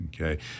Okay